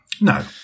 No